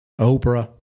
Oprah